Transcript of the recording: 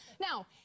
Now